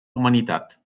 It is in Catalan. humanitat